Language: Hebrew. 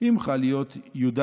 אם חל להיות י"ד